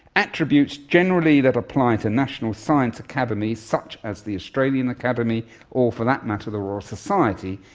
attributes generally that apply to national science academies such as the australian academy or, for that matter, the royal society,